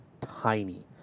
tiny